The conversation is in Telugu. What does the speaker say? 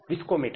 విస్కోమీటర్